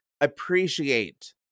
appreciate